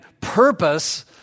purpose